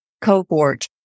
cohort